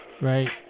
Right